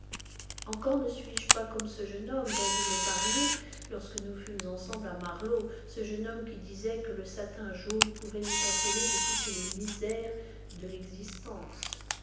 encore ne suis-je pas comme ce jeune homme dont vous me parliez lorsque nous fûmes ensemble àmarlovv ce jeune homme qui disait que le satin jaune pouvait nous consoler de toutes les misères de l'existence